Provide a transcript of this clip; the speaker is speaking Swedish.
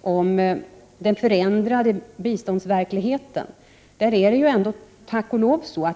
om den förändrade u-landsverkligheten som en stor fråga.